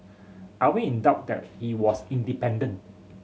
are we in doubt that he was independent